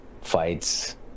Fights